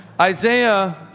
Isaiah